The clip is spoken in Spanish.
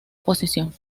posición